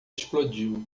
explodiu